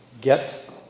get